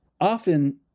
often